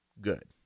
good